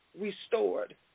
restored